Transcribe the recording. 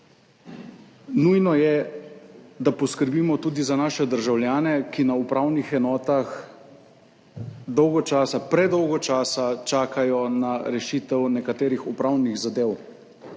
Nujno je, da poskrbimo tudi za naše državljane, ki na upravnih enotah dolgo časa, predolgo časa čakajo na rešitev nekaterih upravnih zadev,